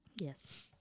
yes